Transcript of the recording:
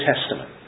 Testament